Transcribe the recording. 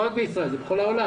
זה לא רק בישראל אלא בכל העולם.